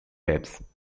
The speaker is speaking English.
waves